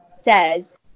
says